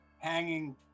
hanging